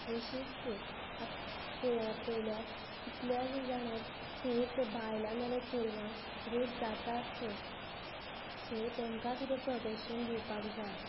अशीच आतां पळय आं पळयल्यार कितल्या जाणां खंयच बायलां नाल्या चेडवां रेप जाताच सो तेमकां कितें प्रोटेक्शन दिवपाक जाय